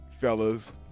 fellas